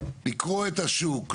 לקרוא את השוק,